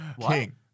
King